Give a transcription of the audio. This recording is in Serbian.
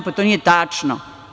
Pa, to nije tačno.